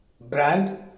Brand